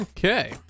Okay